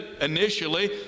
initially